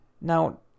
Now